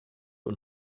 und